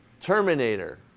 terminator